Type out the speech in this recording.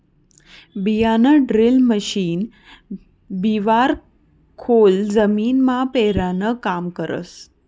बियाणंड्रील मशीन बिवारं खोल जमीनमा पेरानं काम करस